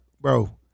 bro